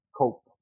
cope